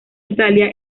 italia